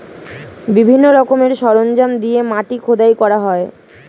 বিভিন্ন রকমের সরঞ্জাম দিয়ে মাটি খোদাই করা হয়